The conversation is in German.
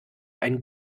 ein